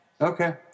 Okay